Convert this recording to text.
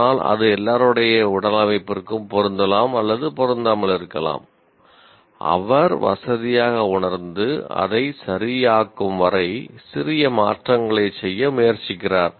ஆனால் அது எல்லோருடைய உடலமைப்பிற்கும் பொருந்தலாம் அல்லது பொருந்தாமல் இருக்கலாம் அவர் வசதியாக உணர்ந்து அதை சரியாக்கும் வரை சிறிய மாற்றங்களைச் செய்ய முயற்சிக்கிறார்